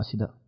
asida